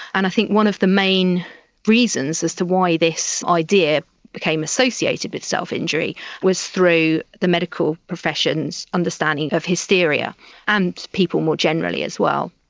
and i think one of the main reasons as to why this idea became associated with self-injury was through the medical profession's understanding of hysteria and people more generally as well.